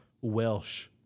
Welsh